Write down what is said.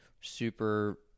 super